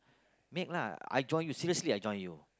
make lah I join you seriously I join you